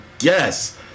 yes